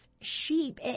sheep